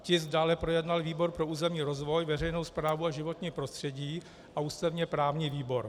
Tisk dále projednal výbor pro územní rozvoj, veřejnou správu a životní prostředí a ústavněprávní výbor.